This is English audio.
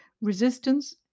resistance